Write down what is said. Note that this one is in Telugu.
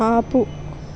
ఆపు